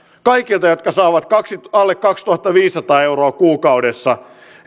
jotka saavat alle kaksituhattaviisisataa euroa kuukaudessa